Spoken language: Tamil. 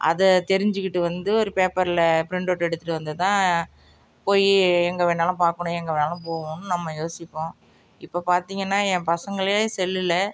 அதை தெரிஞ்சுக்கிட்டு வந்து ஒரு பேப்பரில் பிரிண்ட் அவுட் எடுத்துகிட்டு வந்து தான் போய் எங்கே வேண்ணாலும் பார்க்கணும் எங்கே வேண்ணாலும் போகணுன்னு நம்ம யோசிப்போம் இப்போது பார்த்தீங்கன்னா என் பசங்களே செல்லில்